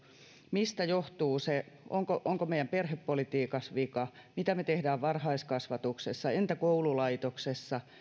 mistä johtuu se onko meidän perhepolitiikassa vika mitä me teemme varhaiskasvatuksessa entä koululaitoksessa